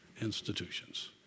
institutions